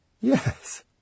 Yes